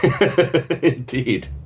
Indeed